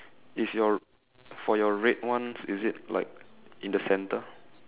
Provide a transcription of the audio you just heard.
is your for your red ones is it like in the center